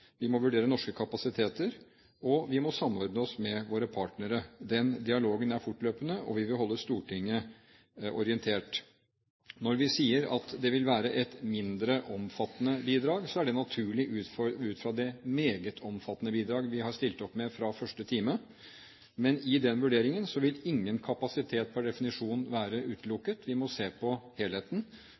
Vi må vurdere norske kapasiteter, og vi må samordne oss med våre partnere. Den dialogen er fortløpende, og vi vil holde Stortinget orientert. Når vi sier at det vil være et mindre omfattende bidrag, er det naturlig ut fra det meget omfattende bidraget vi har stilt opp med fra første time. Men i den vurderingen vil ingen kapasitet per definisjon være utelukket. Vi må se på helheten,